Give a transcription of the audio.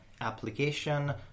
application